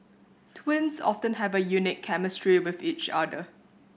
twins often have a unique chemistry with each other